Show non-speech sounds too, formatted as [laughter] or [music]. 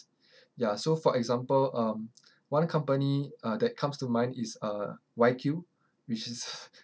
[breath] ya so for example um one company uh that comes to mind is uh WhyQ which is